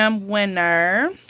winner